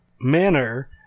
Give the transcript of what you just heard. manner